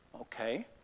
Okay